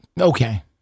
okay